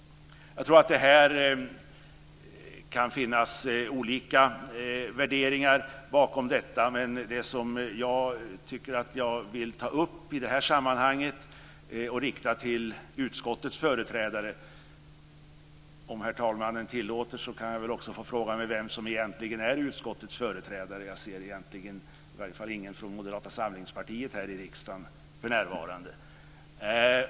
Jag tror att det kan finnas olika värderingar bakom detta, men det finns något som jag vill ta upp i det här sammanhanget och rikta till utskottets företrädare. Om herr talmannen tillåter kan jag väl också få fråga mig vem som egentligen är utskottets företrädare; jag ser i varje fall ingen från Moderata samlingspartiet här i riksdagen för närvarande.